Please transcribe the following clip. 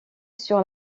sur